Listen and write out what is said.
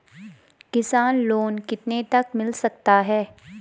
किसान लोंन कितने तक मिल सकता है?